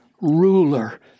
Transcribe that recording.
ruler